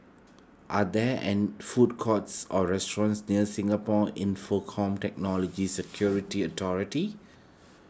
are there and food courts or restaurants near Singapore Infocomm Technology Security Authority